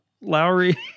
Lowry